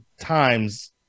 times